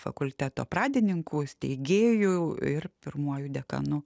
fakulteto pradininku steigėju ir pirmuoju dekanu